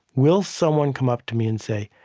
will someone come up to me and say,